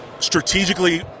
strategically